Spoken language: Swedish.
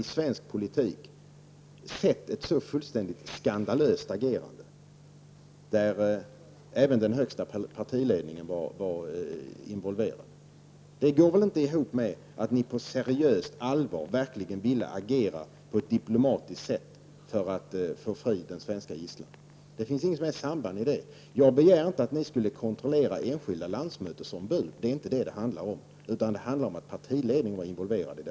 I svensk politik har jag sällan varit med om ett så fullständigt skandalöst agerande. Även folkpartiets högsta ledning var involverad. Det överensstämmer inte med ert tal om att ni på ett seriöst sätt ville agera diplomatiskt för att få den svenska gisslan frigiven. Jag har inte begärt att ni skall kontrollera enskilda landsmötesombud. Det är inte vad det handlar om, utan det handlar om att partiledningen var involverad.